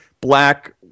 black